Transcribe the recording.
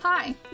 Hi